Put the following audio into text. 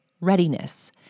readiness